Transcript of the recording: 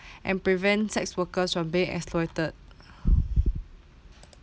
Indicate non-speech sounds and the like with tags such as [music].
[breath] and prevent sex workers from being exploited [breath]